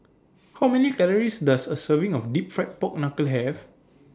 How Many Calories Does A Serving of Deep Fried Pork Knuckle Have